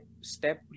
step